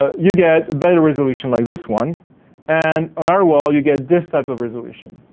ah you get a better resolution like this one and on our wall you get this type of resolution.